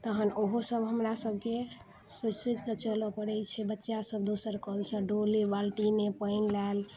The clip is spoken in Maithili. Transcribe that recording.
तहन ओहो सभ हमरा सभके सोचि सोचि कऽ चलऽ पड़ै छै बच्चा सभ दोसर कलसँ डोले बाल्टिने पानि लैल